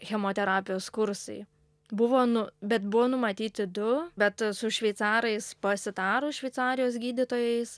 chemoterapijos kursai buvo nu bet buvo numatyti du bet su šveicarais pasitarus šveicarijos gydytojais